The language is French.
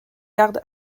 garde